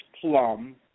Plum